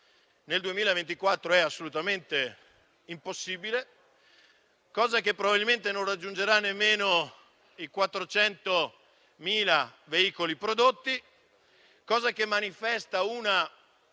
nel 2024 è assolutamente impossibile, perché probabilmente non si raggiungeranno nemmeno i 400.000 veicoli prodotti, e manifesta